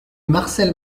marcel